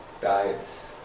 Diets